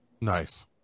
Nice